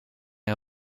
een